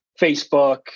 Facebook